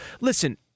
listen